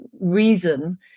reason